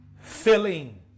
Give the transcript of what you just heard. filling